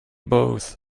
both